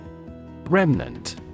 Remnant